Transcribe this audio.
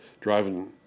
driving